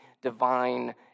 divine